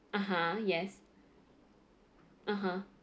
(uh huh) yes (uh huh)